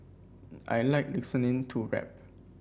I like listening to rap